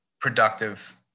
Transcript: productive